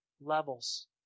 levels